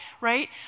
right